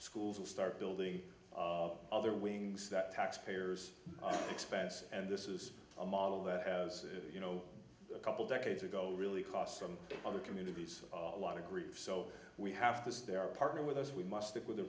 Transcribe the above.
schools will start building of other wings that taxpayers expense and this is a model that has you know a couple decades ago really cost some other communities a lot of grief so we have to sit there partner with us we must stick with the